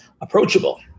approachable